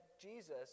Jesus